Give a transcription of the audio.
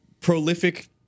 prolific